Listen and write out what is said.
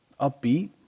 upbeat